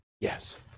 Yes